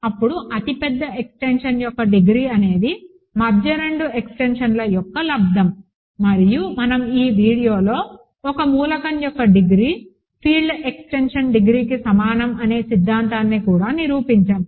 అప్పుడు అతిపెద్ద ఎక్స్టెన్షన్ యొక్క డిగ్రీ అనేది మధ్య రెండు ఎక్స్టెన్షన్స్ యొక్క లబ్దము మరియు మనం ఈ వీడియోలో ఒక మూలకం యొక్క డిగ్రీ ఫీల్డ్ ఎక్స్టెన్షన్ డిగ్రీకి సమానం అనే సిద్ధాంతాన్ని కూడా నిరూపించాము